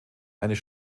eines